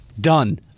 Done